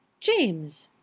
james!